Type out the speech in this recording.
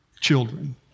children